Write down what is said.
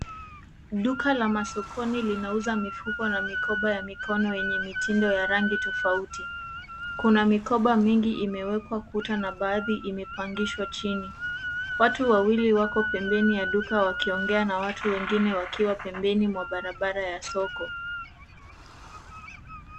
Duka la masokoni linauza mifuko na mikoba ya mikono yenye mitindo ya rangi tofauti. Kuna mikoba mingi imewekwa kuta na baadhi imepangishwa chini. Watu wawili wako pembeni ya duka wakiongea na watu wengine wakiwa pembeni mwa barabara ya soko.